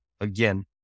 again